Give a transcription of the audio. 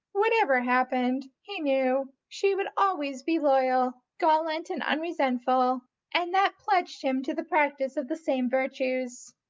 whatever happened, he knew, she would always be loyal, gallant and unresentful and that pledged him to the practice of the same virtues.